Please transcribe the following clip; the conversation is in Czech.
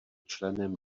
členem